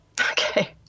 okay